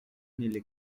nelle